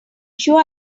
sure